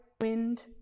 wind